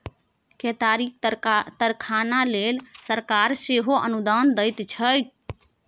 केतारीक कारखाना लेल सरकार सेहो अनुदान दैत छै